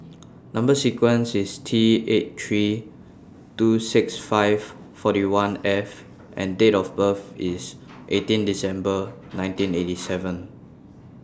Number sequence IS T eight three two six five forty one F and Date of birth IS eighteen December nineteen eighty seven